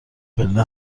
پله